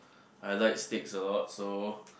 I like steaks a lot so